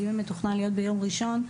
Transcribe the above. הדיון מתוכנן להיות ביום ראשון,